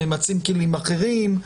ממצים כלים אחרים,